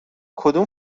کدوم